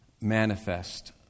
manifest